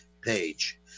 page